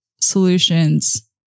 solutions